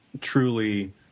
truly